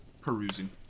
perusing